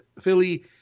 Philly